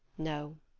no,